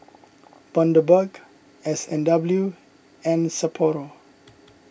Bundaberg S and W and Sapporo